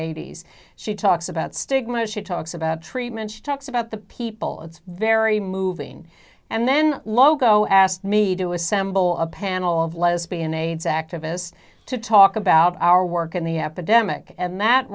eighty's she talks about stigma she talks about treatment she talks about the people it's very moving and then logo asked me to assemble a panel of lesbian aids activists to talk about our work in the epidemic and that